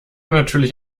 natürlich